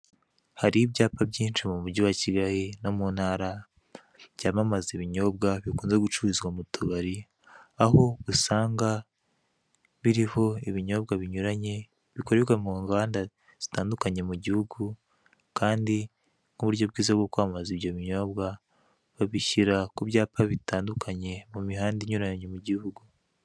Hari ibyapa byinshi mu mujyi wa Kigali no mu ntara, byamamaza ibinyobwa bikunze gucururizwa mu tubari, aho usanga biriho ibinyobwa binyuranye bikorerwa mu nganda zitandukanye mu gihugu kandi nk'uburyo bwiza bwo kwamaza ibyo binyobwa, babishyira ku byapa bitandukanye mu mihanda inyuranye mu gihugu.